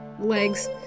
legs